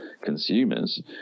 consumers